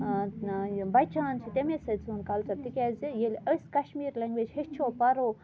یِم بَچان چھِ تَمے سۭتۍ سون کَلچَر تِکیٛازِ ییٚلہِ أسۍ کَشمیٖر لینٛگویج ہیٚچھو پَرو